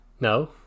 No